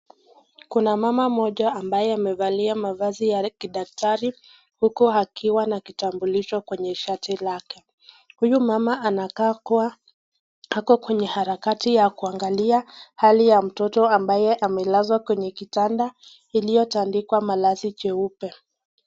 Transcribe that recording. Kuna mama mmoja ambaye amevalia mavazi ya kidatari, uku akiwa na kitambulisho kwenye shati lake. Huyu mama anakaa kuwa ako kwenye harakati ya kuangalia hali ya mtoto ambaye amelazwa kwenye kitanda iliyotandikwa malazi jeupe.